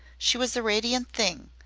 she was a radiant thing,